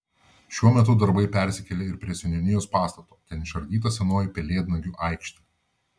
šiuo metu darbai persikėlė ir prie seniūnijos pastato ten išardyta senoji pelėdnagių aikštė